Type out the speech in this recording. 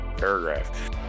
paragraph